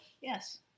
Yes